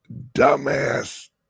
dumbass